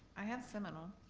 i have seminal.